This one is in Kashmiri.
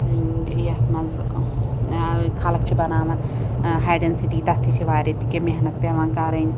یتھ مَنٛز ٲں خلق چھِ بناوان ٲں ہاے ڈیٚنسِٹی تتھ تہِ چھِ واریاہ تہِ کیٚنٛہہ محنت پیٚوان کَرٕنۍ